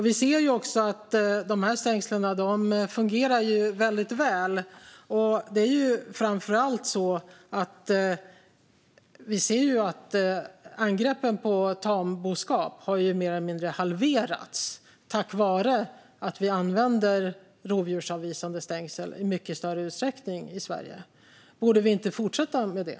Vi ser att de här stängslen fungerar väl. Angreppen på tamboskap har mer eller mindre halverats tack vare att vi använder rovdjursavvisande stängsel i mycket större utsträckning i Sverige. Borde vi inte fortsätta med det?